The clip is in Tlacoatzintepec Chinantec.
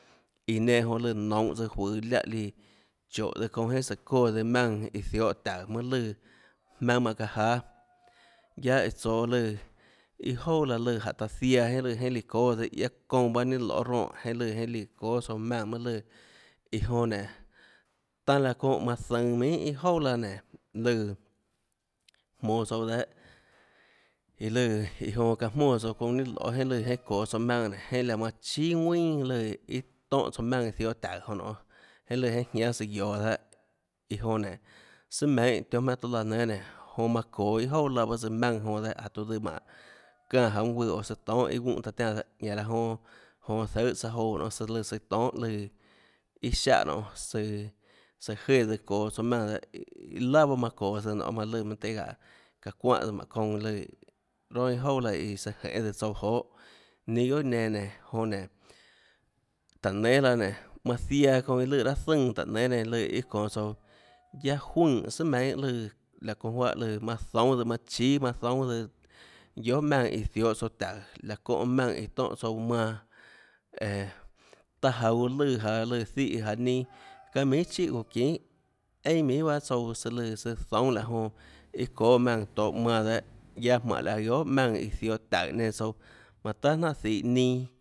Iã nenã jonã lùã nounhå juøå láhã líã chóhå çounã jeê sùhå çóã tsøã maùnã iã ziohå taùå mønâ lùã jmaønâ maã çaã jáâ guía iã tsoå lùã iâ jouà laã lùã jánhå taã ziaã jenhâ lùã jeinhâ líã çóâ çounã baâ ninâ loê ronè jeinhâ lùã jeinhâ líã çóâ tsouã maùnã mønâ lùã iã jonã nénå taâ laã çónhã manã zønå iâ jouà laã nénå lùã jmonå tsouã dehâ iã lùã jonã çaã jmónã çounã ninâ loê jeinhã lùã jeinhâ çoå tsouã maùnã nénå manã chíà ðuinà lùã iâ tónhå maùnã ziohå taùå jonã nonê jeinhâ lùã iâ jñánâ søã guioå dehâ sùà meinhâ tionhâ jmaønâ tuâ laã nénâ nénå jonã manã çoå iâ jouà laã bahâ tsøã maùnã jonã dehâ jánhå tuã tsøã mánhå çánã jaå mønâ guùã oå søã tonhâ iâ guúnhã taã tiánã dehâ ñanã laã jonã jonå zøê tsøã jouã nonê søã lùã søã tonhâ lùã iâ siáhã nonê søã søã jéã tsøã çoå tsouã maùnã dehâ laà bahâ manã çoå tsøã nonê manã lùã mønâ tøhê gáhå çáhå çuáhã tsøã mánhå çounã lùã ronà iâ jouà laã iã søã jenê tsøã tsouã joê ninâ guiohà nenã nénå jonã nénå táhå nénâ laã nénå manã ziaã çounã iã lùã raâ zùnã táhå nénâ nenã iâ çonå tsouã guiaâ juøè sùà meinhâ lùã laå çounã juáhã lùã manã zoúnâ tsøã manã chíâ manã zoúnâ tsøãguiohà maùnã iã ziohå tsouã taùå laã çónhã maùnã tónhã tsouã manã æå taã jaå uã lùã jaå lùã zíhã jaå ninâ çaâ minhà chíhà guã çinà einà minhà baâ tsouã søã lùã søã zoúnâ laå jonã iã çóâ maùnâtohå manã dehâ guiaâ mánhå laã guiohà maùnã iã ziohå taùå enã tsouã manã tahà jnánhà zihå ninâ